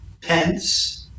Pence